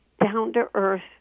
down-to-earth